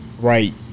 right